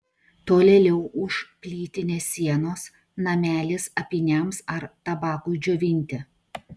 tolėliau už plytinės sienos namelis apyniams ar tabakui džiovinti